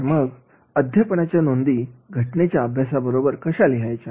तर मग अध्यापनाच्या नोंदी घटनेच्या अभ्यासाबरोबर कशा लिहायच्या